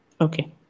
Okay